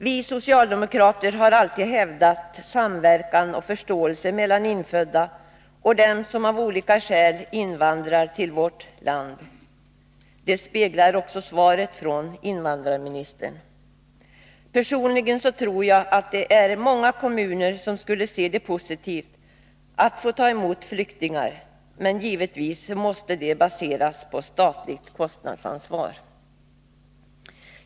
Vi socialdemokrater har alltid hävdat samverkan och förståelse mellan infödda och dem som av olika skäl invandrar till vårt land. Det speglar också svaret från invandrarministern. Personligen tror jag att det är många kommuner som skulle se positivt på att få ta emot flyktingar. Givetvis måste detta baseras på statligt kostnadsansvar.